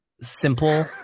simple